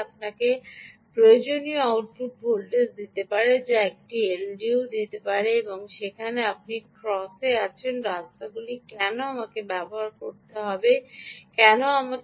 এটি আপনাকে প্রয়োজনীয় আউটপুট ভোল্টেজ দিতে যা আপনি এলডিও দিয়েও পেতে পারেন ঠিক এখন আপনি এখন ক্রস এ আছেন রাস্তাগুলি কেন আমাকে ব্যবহার করতে হবে কেন